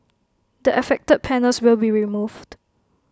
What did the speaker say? the affected panels will be removed